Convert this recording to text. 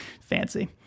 Fancy